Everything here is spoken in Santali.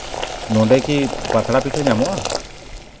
ᱱᱚᱰᱮ ᱠᱤ ᱛᱟᱛᱲᱟ ᱯᱤᱴᱷᱟᱹ ᱧᱟᱢᱚᱜᱼᱟ